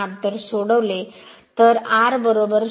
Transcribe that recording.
तर सोडवले तर R 7